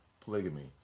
Polygamy